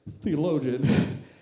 theologian